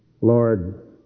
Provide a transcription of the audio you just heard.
Lord